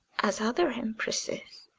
as other empresses,